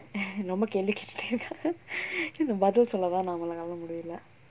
ரொம்ப கேள்வி கேட்டுட்டே இருக்காங்க பதில் சொல்லதா நம்மளால முடியல:romba kelvi kaettutae irukkaanga bathil sollathaa nammalaala mudiyala